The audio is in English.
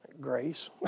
Grace